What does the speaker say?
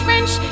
French